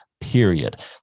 period